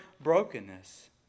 brokenness